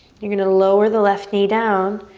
you're gonna lower the left knee down.